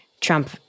Trump